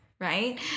right